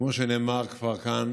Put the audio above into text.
כמו שכבר נאמר כאן,